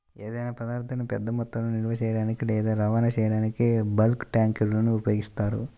ఏదైనా పదార్థాన్ని పెద్ద మొత్తంలో నిల్వ చేయడానికి లేదా రవాణా చేయడానికి బల్క్ ట్యాంక్లను ఉపయోగిస్తారు